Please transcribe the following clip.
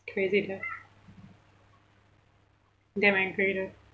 crazy the them and greater